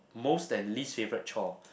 most and least favourite chore